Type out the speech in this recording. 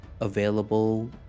available